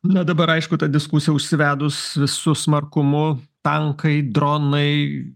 na dabar aišku ta diskusija užsivedus visu smarkumu tankai dronai